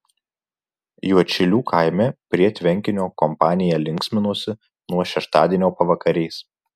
juodšilių kaime prie tvenkinio kompanija linksminosi nuo šeštadienio pavakarės